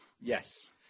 Yes